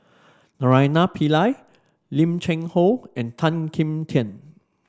Naraina Pillai Lim Cheng Hoe and Tan Kim Tian